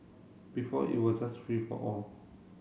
before it was just free for all